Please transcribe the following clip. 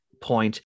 point